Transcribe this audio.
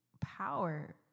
power